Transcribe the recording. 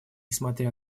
несмотря